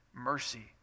mercy